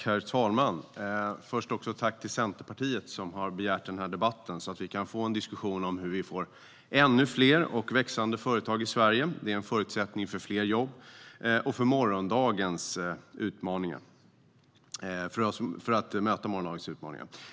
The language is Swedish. Herr talman! Tack till Centerpartiet som har begärt denna debatt, så att vi kan föra en diskussion om hur vi får ännu fler och växande företag i Sverige. Det är en förutsättning för fler jobb och för att möta morgondagens utmaningar.